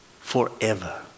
Forever